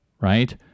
right